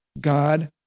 God